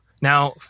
Now